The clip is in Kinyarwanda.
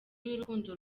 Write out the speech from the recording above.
y’urukundo